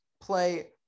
play